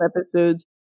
episodes